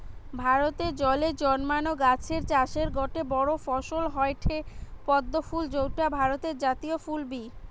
ভারতে জলে জন্মানা গাছের চাষের গটে বড় ফসল হয়ঠে পদ্ম ফুল যৌটা ভারতের জাতীয় ফুল বি